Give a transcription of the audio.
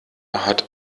hat